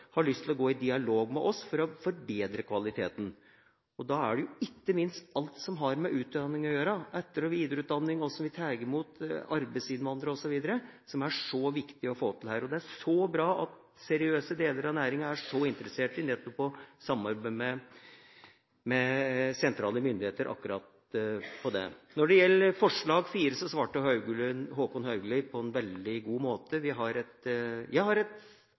har lyst til å gå i dialog med oss for å forbedre kvaliteten. Da er det ikke minst alt som har med utdanning å gjøre, etter- og videreutdanning, hvordan vi tar imot arbeidsinnvandrere osv., viktig å få til her. Det er så bra at seriøse deler av næringa er så interesserte i å samarbeide med sentrale myndigheter på akkurat det området. Når det gjelder forslag nr. 4, svarte Håkon Haugli på en veldig god måte. Jeg har et